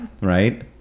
Right